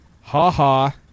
ha-ha